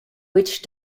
which